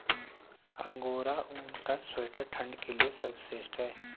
angora ऊन का sweater ठंड के लिए सर्वश्रेष्ठ है